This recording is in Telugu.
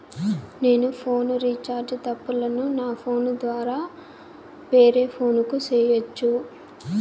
నేను ఫోను రీచార్జి తప్పులను నా ఫోను ద్వారా వేరే ఫోను కు సేయొచ్చా?